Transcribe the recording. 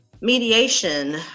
Mediation